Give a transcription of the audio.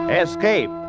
Escape